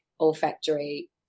olfactory